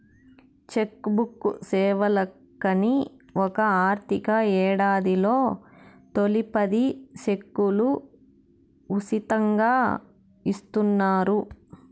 check book సేవలకని ఒక ఆర్థిక యేడాదిలో తొలి పది సెక్కులు ఉసితంగా ఇస్తున్నారు